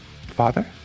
Father